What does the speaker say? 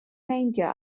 meindio